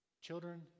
Children